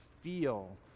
feel